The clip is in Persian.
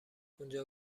اونجا